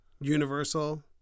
Universal